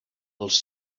els